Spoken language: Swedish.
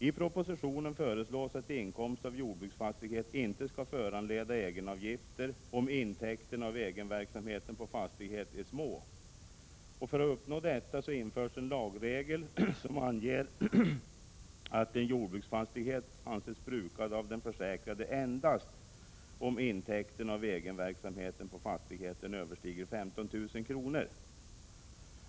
I propositionen föreslås att inkomst av jordbruksfastighet inte skall föranleda egenavgifter om intäkterna av egenverksamhet på fastighet är små. För att uppnå detta införs en lagregel, som anger att en jordbruksfastighet anses brukad av den försäkrade endast om intäkterna av egenverksamhet på fastigheten överstiger 15 000 kr.